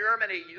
Germany